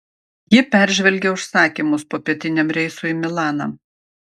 ji peržvelgė užsakymus popietiniam reisui į milaną